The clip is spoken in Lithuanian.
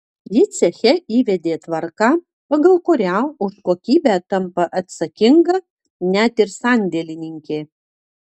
ji ceche įvedė tvarką pagal kurią už kokybę tampa atsakinga net ir sandėlininkė